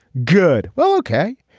good. well ok.